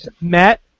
Matt